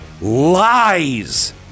lies